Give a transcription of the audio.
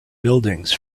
buildings